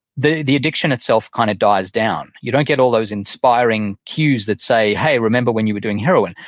the the addiction itself kind of dies down. you don't get all those inspiring cues that say hey, remember when you were doing heroin.